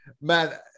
man